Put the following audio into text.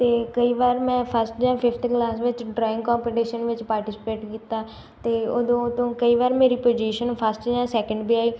ਅਤੇ ਕਈ ਵਾਰ ਮੈਂ ਫਸਟ ਜਾਂ ਫਿਫ਼ਥ ਕਲਾਸ ਵਿੱਚ ਡਰਾਇੰਗ ਕੰਪਟੀਸ਼ਨ ਵਿੱਚ ਪਾਰਟੀਸਪੇਟ ਕੀਤਾ ਅਤੇ ਉਦੋਂ ਤੋਂ ਕਈ ਵਾਰ ਮੇਰੀ ਪੁਜੀਸ਼ਨ ਫਸਟ ਜਾਂ ਸੈਕੰਡ ਵੀ ਆਈ